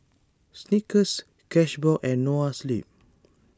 Snickers Cashbox and Noa Sleep